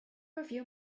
review